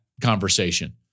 conversation